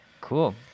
cool